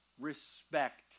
respect